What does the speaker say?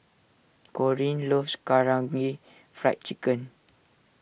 Corene loves Karaage Fried Chicken